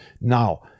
now